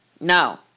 No